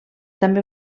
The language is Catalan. també